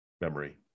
memory